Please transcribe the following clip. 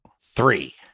three